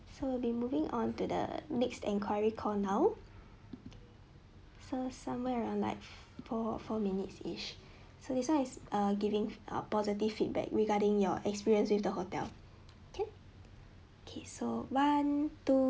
so we'll be moving on to the next enquiry call now so somewhere around like four four minutes each so this [one] is err giving a positive feedback regarding your experience with the hotel can okay so one two